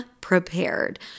prepared